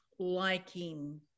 liking